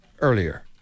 earlier